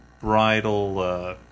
bridal